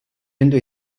针对